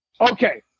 Okay